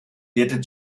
lehrte